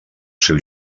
seu